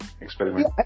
experiment